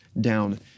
down